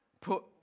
put